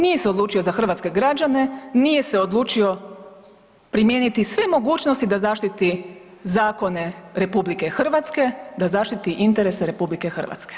Nije se odlučio za hrvatske građane, nije se odlučio primijeniti sve mogućnosti da zaštititi zakone RH, da zaštiti interese RH.